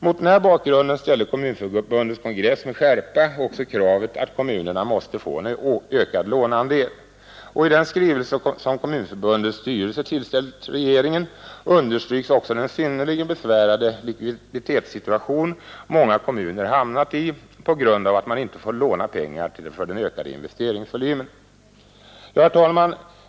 Mot den här bakgrunden ställde Kommunförbundets kongress med skärpa också kravet att kommunerna måste få en ökad låneandel. I den skrivelse Kommunförbundets styrelse ställt till regeringen understryks också den synnerligen besvärande likviditetssituation många kommuner hamnat i på grund av att man inte får låna pengar för den ökade investeringsvolymen. Herr talman!